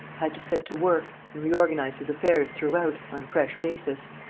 had to set to work and reorganize his affairs throughout on a fresh basis.